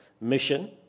mission